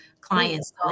clients